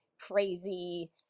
crazy